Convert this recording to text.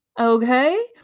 Okay